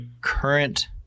current